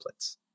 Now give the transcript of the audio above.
templates